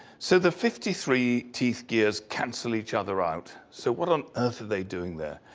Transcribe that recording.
so the fifty three teeth gears cancel each other out. so what on earth are they doing there?